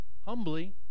Humbly